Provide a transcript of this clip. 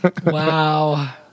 Wow